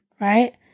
right